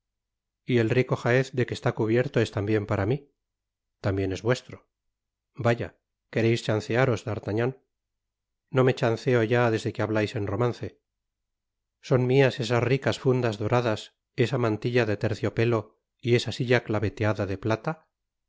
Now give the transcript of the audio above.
y el rico jaez de que está cubierto es tambien para mi tamb en es vuestro vaya quereis chancearos d'artagnan no me chanceo ya desde que hablais en romance son mias esas ricas fundas doradas esa mantilla de terciopelo y esa silla cheteada de plata